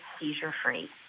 seizure-free